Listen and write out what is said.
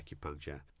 acupuncture